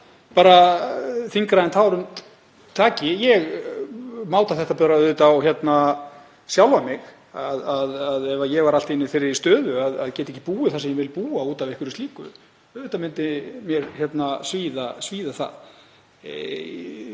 bara þyngra en tárum taki. Ég máta þetta bara á sjálfan mig, ef ég væri allt í einu í þeirri stöðu að geta ekki búið þar sem ég vil búa út af einhverju slíku. Auðvitað myndi mér svíða það.